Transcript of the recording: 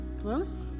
Close